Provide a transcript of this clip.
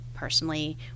personally